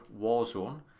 Warzone